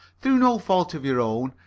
through no fault of your own,